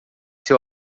seu